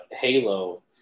Halo